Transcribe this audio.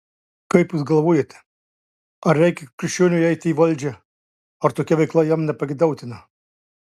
kaip jūs galvojate ar reikia krikščioniui eiti į valdžią ar tokia veikla jam nepageidautina